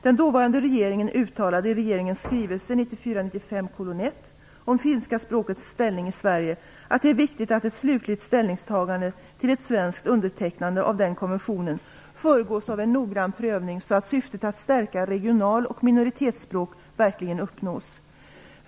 Den dåvarande regeringen uttalade i regeringens skrivelse om finska språkets ställning i Sverige att det är viktigt att ett slutligt ställningstagande till ett svenskt undertecknande av den konventionen föregås av en noggrann prövning så att syftet, att stärka regional och minoritetsspråk, verkligen uppnås.